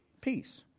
Peace